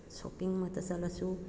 ꯁꯣꯄꯤꯡꯃꯛꯇ ꯆꯠꯂꯁꯨ